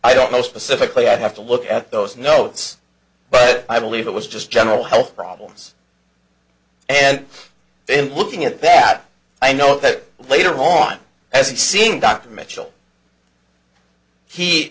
i don't know specifically i have to look at those notes but i believe it was just general health problems and then looking at bat i know that later on as it seemed dr mitchell he